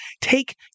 take